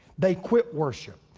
they quit worship,